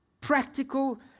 practical